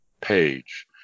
page